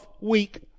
week